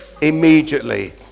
immediately